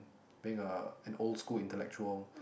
being a an old school intellectual